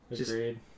Agreed